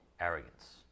arrogance